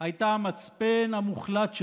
הייתה המצפן המוחלט שלו,